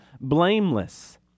blameless